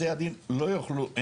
בתי הדין לא יוכלו,